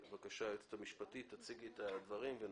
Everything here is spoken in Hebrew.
היועצת המשפטית, בבקשה תציגי את הדברים ונמשיך.